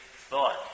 thought